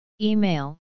Email